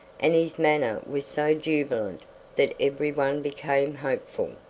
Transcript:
and his manner was so jubilant that every one became hopeful.